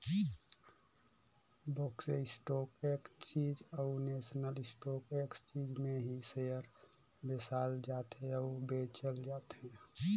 Bombay stock exchange अउ national stock exchange में ही सेयर बेसाल जाथे अउ बेंचल जाथे